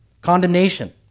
condemnation